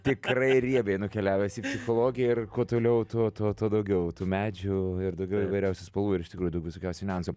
tikrai riebiai nukeliavęs į psichologiją ir kuo toliau tuo tuo tuo daugiau tų medžių ir daugiau įvairiausių spalvų ir iš tikrųjų daug visokiausių niuansų